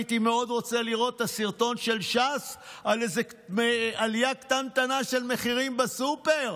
הייתי רוצה לראות את הסרטון של ש"ס על עלייה קטנטנה במחירים בסופר.